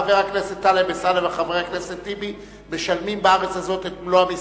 חבר הכנסת טלב אלסאנע וחבר הכנסת טיבי משלמים בארץ הזאת את מלוא המסים,